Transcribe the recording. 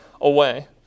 away